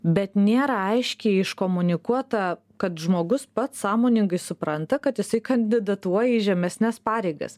bet nėra aiškiai iškomunikuota kad žmogus pats sąmoningai supranta kad jisai kandidatuoja į žemesnes pareigas